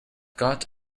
got